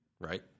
right